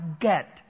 get